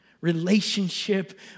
relationship